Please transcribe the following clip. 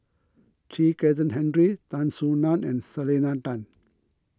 Chen Kezhan Henri Tan Soo Nan and Selena Tan